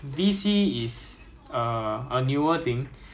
then section commander basically only command section